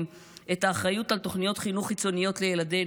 את האחריות לתוכניות חינוך חיצוניות לילדינו,